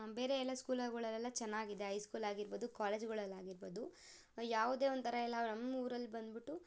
ಬೇರೆ ಎಲ್ಲ ಸ್ಕೂಲಗಳಲ್ಲೆಲ್ಲ ಚೆನ್ನಾಗಿದೆ ಹೈ ಸ್ಕೂಲ್ ಆಗಿರ್ಬೋದು ಕಾಲೇಜುಗಳಲ್ಲಿ ಆಗಿರ್ಬೋದು ಯಾವುದೇ ಒಂಥರ ಎಲ್ಲ ನಮ್ಮೂರಲ್ಲಿ ಬಂದು ಬಿಟ್ಟು